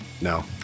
No